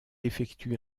effectue